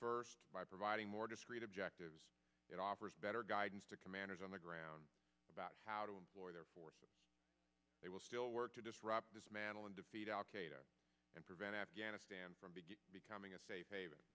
first by providing more discreet objectives and offers better guidance to commanders on the ground about how to employ their forces they will still work to disrupt dismantle and defeat al qaeda and prevent afghanistan from big becoming a safe haven